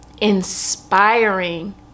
inspiring